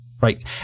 Right